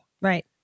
Right